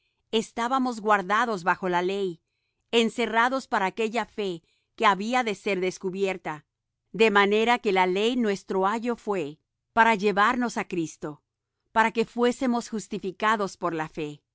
estábamos guardados bajo la ley encerrados para aquella fe que había de ser descubierta de manera que la ley nuestro ayo fué para llevarnos á cristo para que fuésemos justificados por la fe